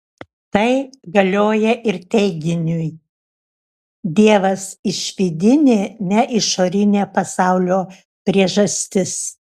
tai galioją ir teiginiui dievas išvidinė ne išorinė pasaulio priežastis